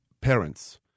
parents